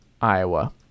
Iowa